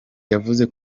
yavuze